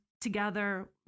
together